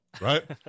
right